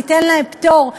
ניתן להם פטור.